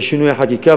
לשינוי החקיקה,